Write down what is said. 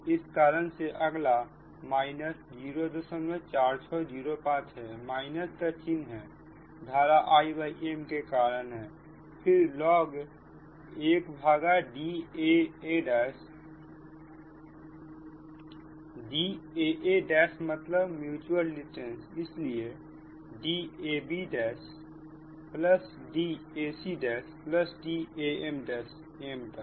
इसी कारण से अगला 04605 है माइनस का चिन्ह है धारा Im के कारण है फिर log 1DaaDaaमतलब म्यूच्यूअल डिस्टेंस इसलिए DabDacDam am तक